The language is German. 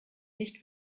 nicht